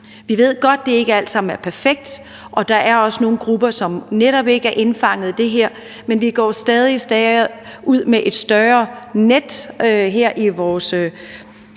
Vi ved godt, at det ikke alt sammen er perfekt, og der er også nogle grupper, som netop ikke er indfanget af det her, men vi går ud med et stadig større net her i vores